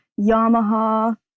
Yamaha